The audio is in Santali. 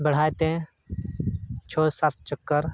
ᱵᱮᱲᱦᱟᱭᱛᱮ ᱪᱷᱚᱭ ᱥᱟᱛ ᱪᱚᱠᱠᱚᱨ